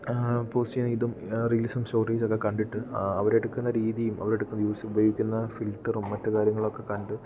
post ചെയ്യുന്ന ഇതും റീൽസും സ്റ്റോറീസൊക്കെ കണ്ടിട്ട് അവരെടുക്കുന്ന രീതിയും അവരെടുക്കുന്ന യൂസ് ഉപയോഗിക്കുന്ന ഫിൽറ്ററും മറ്റ് കാര്യങ്ങളൊക്കെ കണ്ട്